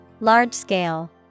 Large-scale